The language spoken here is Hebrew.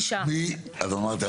אז אמרתי.